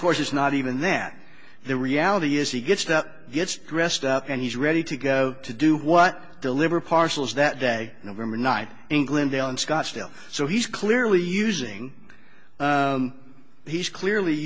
of course it's not even that the reality is he gets stuff gets dressed up and he's ready to go to do what deliver parcels that day november night england on scottsdale so he's clearly using he's clearly